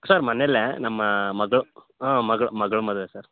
sir ಮನೆಲೇ ನಮ್ಮ ಮಗಳು ಹಾಂ ಮಗಳ ಮಗಳ ಮದುವೆ ಸರ್